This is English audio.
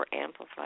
Amplified